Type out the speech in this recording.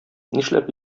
нишләп